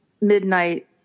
midnight